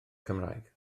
cymraeg